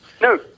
No